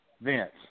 Vince